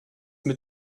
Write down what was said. mit